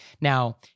Now